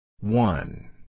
One